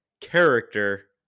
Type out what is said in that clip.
character